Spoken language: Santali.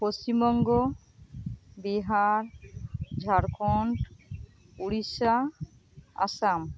ᱯᱚᱥᱪᱤᱢ ᱵᱚᱝᱜᱚ ᱵᱤᱦᱟᱨ ᱡᱷᱟᱲᱠᱷᱚᱰ ᱳᱲᱤᱥᱥᱟ ᱟᱥᱟᱢ